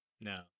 No